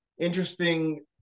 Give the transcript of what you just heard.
interesting